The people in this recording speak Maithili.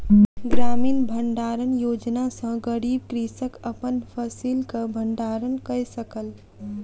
ग्रामीण भण्डारण योजना सॅ गरीब कृषक अपन फसिलक भण्डारण कय सकल